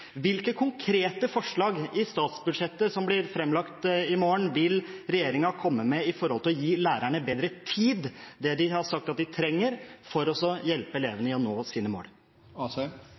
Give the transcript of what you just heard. Hvilke konkrete forslag i statsbudsjettet som blir framlagt i morgen, vil regjeringen komme med når det gjelder å gi lærerne bedre tid – det de har sagt at de trenger – for å hjelpe elevene til å nå sine mål?